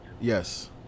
Yes